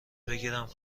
بگیرم